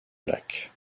lac